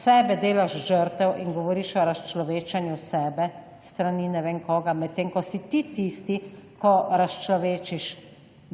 sebe delaš žrtev in govoriš o razčlovečenju sebe s strani ne vem koga, medtem ko si ti tisti, ko razčlovečiš